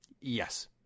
Yes